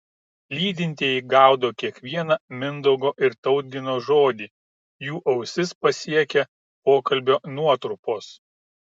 lydintieji gaudo kiekvieną mindaugo ir tautgino žodį jų ausis pasiekia pokalbio nuotrupos